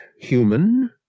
human